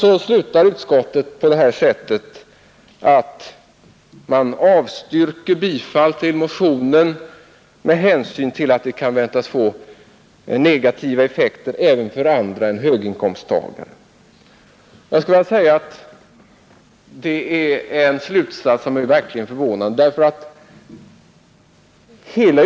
Så slutar utskottet med att avstyrka bifall till motionen med hänsyn till att ”motionärernas förslag kan väntas få betydande negativa effekter även för andra än höginkomsttagare”. Den slutsatsen är verkligen förvånande.